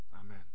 Amen